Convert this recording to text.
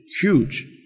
huge